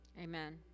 Amen